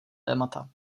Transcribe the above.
témata